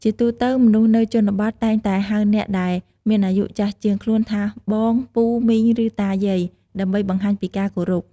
ជាទូទៅ មនុស្សនៅជនបទតែងតែហៅអ្នកដែលមានអាយុចាស់ជាងខ្លួនថា បង ពូ មីង ឬ តាយាយ ដើម្បីបង្ហាញពីការគោរព។